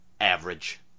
average